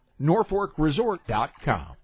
NorfolkResort.com